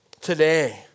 today